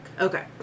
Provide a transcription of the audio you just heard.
Okay